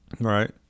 Right